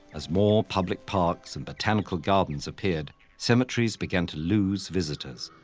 as more public parks and botanical gardens appeared, cemeteries began to lose visitors.